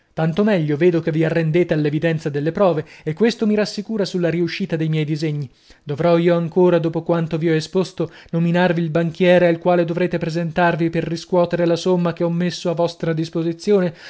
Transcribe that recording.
tanto meglio vedo che vi arrendete all'evidenza delle prove e questo mi rassicura sulla riuscita de miei disegni dovrò io ancora dopo quanto vi ho esposto nominarvi il banchiere al quale dovrete presentarvi per riscuotere la somma che ho messo a vostra disposizione